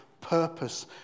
purpose